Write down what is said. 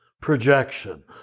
projection